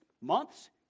months